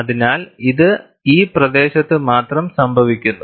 അതിനാൽ ഇത് ഈ പ്രദേശത്ത് മാത്രം സംഭവിക്കുന്നു